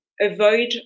avoid